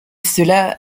cela